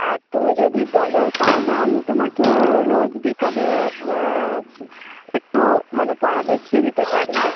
আর তুমি যদি বলো তাহলে আমি তোমাকে রোজ বিকালে একটু মানে পড়া দেখিয়ে দিতে পারি